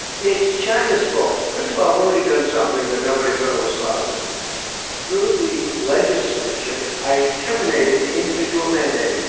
it's china's fault. first of all, i've already done something that nobody thought was possible through the legislature, i terminated the individual mandate.